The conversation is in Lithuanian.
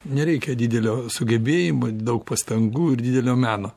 nereikia didelio sugebėjimo ir daug pastangų ir didelio meno